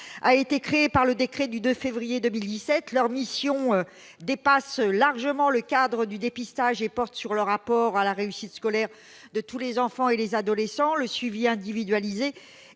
a été créé par le décret du 1 février 2017. La mission de ces psychologues dépasse largement le cadre du dépistage et porte sur le rapport à la réussite scolaire de tous les enfants et adolescents, le suivi individualisé